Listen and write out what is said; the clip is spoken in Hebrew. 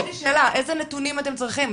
איזה נתונים אתם צריכים?